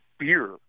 Beer